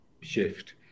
shift